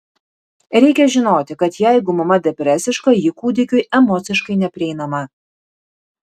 reikia žinoti kad jeigu mama depresiška ji kūdikiui emociškai neprieinama